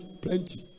Plenty